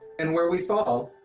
and where we fall,